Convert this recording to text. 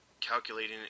calculating